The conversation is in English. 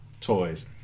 toys